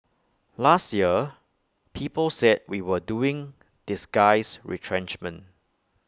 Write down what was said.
last year people said we were doing disguised retrenchment